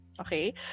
Okay